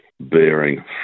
bearing